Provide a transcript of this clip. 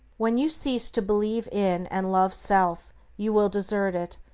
when you cease to believe in and love self you will desert it,